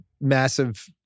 massive